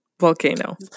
volcano